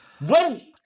Wait